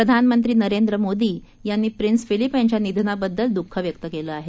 प्रधानमंत्री नरेंद्र मोदी यांनी Prince Philip यांच्या निधनाबद्दल द्ःख व्यक्त केलं आहे